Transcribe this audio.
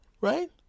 right